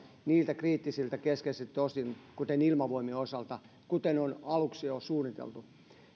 niiltä kriittisiltä keskeisiltä osin kuten ilmavoimien osalta kuten alkuaan on jo suunniteltu